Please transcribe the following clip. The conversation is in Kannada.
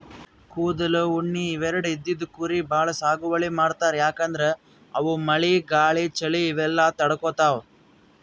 ಕೂದಲ್, ಉಣ್ಣಿ ಇವೆರಡು ಇದ್ದಿದ್ ಕುರಿ ಭಾಳ್ ಸಾಗುವಳಿ ಮಾಡ್ತರ್ ಯಾಕಂದ್ರ ಅವು ಮಳಿ ಗಾಳಿ ಚಳಿ ಇವೆಲ್ಲ ತಡ್ಕೊತಾವ್